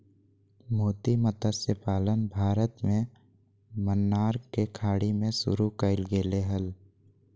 मोती मतस्य पालन भारत में मन्नार के खाड़ी में शुरु कइल गेले हल